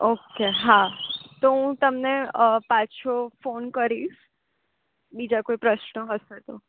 okay હા તો હું તમને પાછો ફોન કરીશ બીજા કોઈ પ્રશ્નો હશે તો